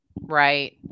Right